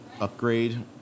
upgrade